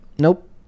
Nope